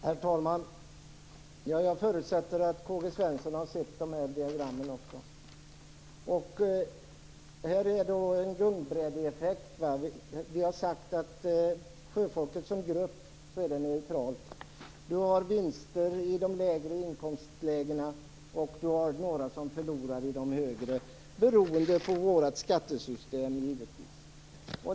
Herr talman! Jag förutsätter att också K-G Svenson har sett dessa diagram. Här är det fråga om en gungbrädeeffekt. Vi har sagt att sjöfolket som grupp är neutralt. De lägre inkomstlägena gör vinster, och det finns några som förlorar i de högre inkomstlägena, givetvis beroende på vårt skattesystem.